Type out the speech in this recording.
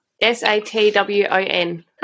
S-A-T-W-O-N